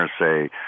say